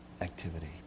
activity